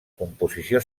composició